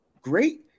great